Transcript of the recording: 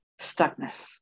stuckness